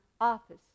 office